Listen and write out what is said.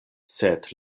sed